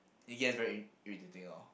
it gets very ir~ very irritating[lor]